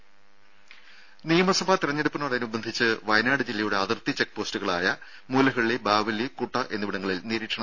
രുര നിയമസഭാ തെരഞ്ഞെടുപ്പിനോടനുബന്ധിച്ച് വയനാട് ജില്ലയുടെ അതിർത്തി ചെക്ക് പോസ്റ്റുകളായ മൂലഹള്ളി ബാവലി കുട്ട എന്നിവിടങ്ങളിൽ നിരീക്ഷണം ശക്തമാക്കി